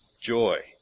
joy